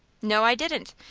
no, i didn't.